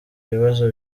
ibibazo